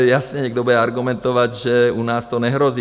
Jasně, někdo bude argumentovat, že u nás to nehrozí.